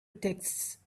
texts